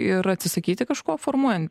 ir atsisakyti kažko formuojant